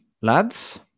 lads